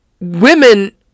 women